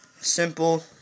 simple